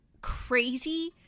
crazy